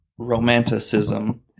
romanticism